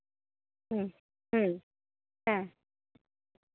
ᱦᱮᱸ ᱦᱮᱸ ᱦᱮᱸ